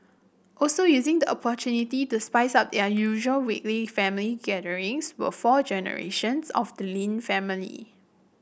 also using the opportunity to spice up their usual weekly family gatherings were four generations of the Lin family